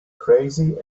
crazy